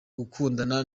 gukundana